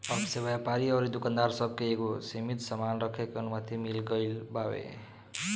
अब से व्यापारी अउरी दुकानदार सब के एगो सीमित सामान रखे के अनुमति मिल गईल बावे